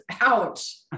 Ouch